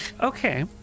Okay